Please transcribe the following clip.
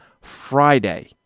Friday